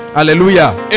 Hallelujah